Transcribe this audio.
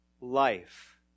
Life